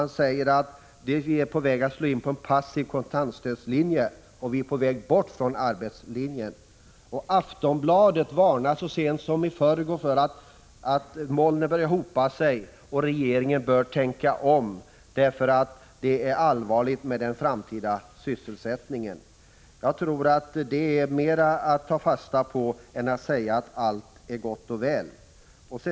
Han säger att vi är på väg att slå in på en passiv kontantstödslinje och på väg bort från arbetslinjen. Aftonbladet varnade så sent som i förrgår för att ”molnen börjar hopa sig” och ansåg att regeringen bör tänka om därför att utsikterna för den framtida sysselsättningen är allvarliga. Jag tror att man hellre bör ta fasta på detta än säga att allt är gott och väl.